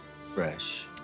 Fresh